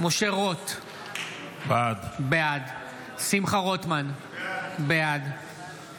משה רוט, בעד שמחה רוטמן, בעד